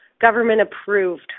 government-approved